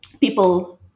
people